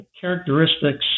characteristics